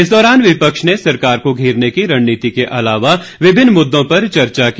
इस दौरान विपक्ष ने सरकार को घेरने की रणनीति के अलावा विभिन्न मुददों पर चर्चा की